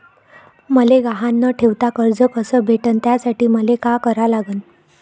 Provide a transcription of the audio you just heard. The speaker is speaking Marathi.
मले गहान न ठेवता कर्ज कस भेटन त्यासाठी मले का करा लागन?